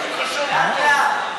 לאט-לאט.